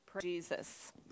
Jesus